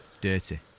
Dirty